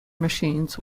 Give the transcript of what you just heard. machines